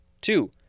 Two